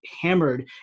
hammered